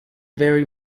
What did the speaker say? very